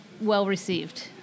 well-received